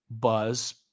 Buzz